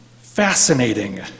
fascinating